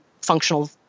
functional